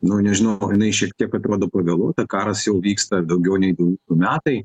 nu nežinau jinai šiek tiek atrodo pavėluota karas jau vyksta daugiau nei dveji metai